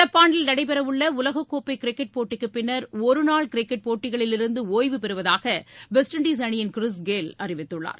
நடப்பாண்டில் நடைபெறவுள்ள உலகக்கோப்பை கிரிக்கெட் போட்டிக்குப் பின்னர் ஒருநாள் கிரிக்கெட் போட்டிகளிலிருந்து ஓய்வுபெறுவதாக வெஸ்ட் இண்டிஸ் அணியின் கிரிஸ் கெய்ல் அறிவித்துள்ளார்